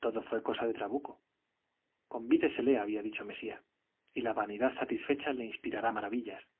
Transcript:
todo fue cosa de trabuco convídesele había dicho mesía y la vanidad satisfecha le inspirará maravillas